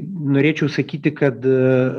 norėčiau sakyti kad